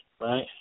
right